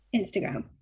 instagram